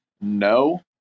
No